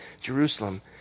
Jerusalem